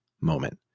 moment